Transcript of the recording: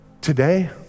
Today